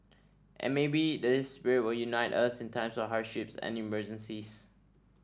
and maybe this spirit will unite us in times of hardships and emergencies